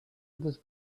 others